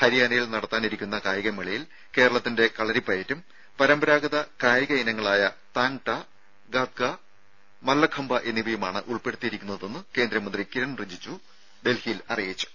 ഹരിയാനയിൽ നടത്താനിരിക്കുന്ന കായികമേളയിൽ കേരളത്തിന്റെ കളരിപ്പയറ്റും പരമ്പരാഗത കായിക ഇനങ്ങളായ താങ് ട ഗാദ്ക മല്ലഖമ്പ എന്നിവയുമാണ് ഉൾപ്പെടുത്തിയിരിക്കുന്നതെന്ന് കേന്ദ്രമന്ത്രി കിരൺ റിജിജു ഡൽഹിയിൽ അറിയിച്ചു